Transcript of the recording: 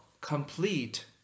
complete